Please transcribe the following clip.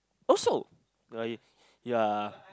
also what you're ya